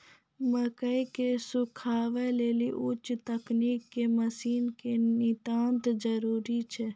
मकई के सुखावे लेली उच्च तकनीक के मसीन के नितांत जरूरी छैय?